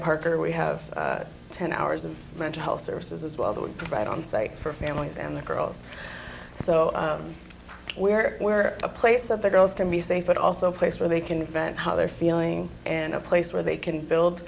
parker we have ten hours of mental health services as well that would be right on site for families and the girls so where we're a place of the girls can be safe but also a place where they can vent how they're feeling and a place where they can build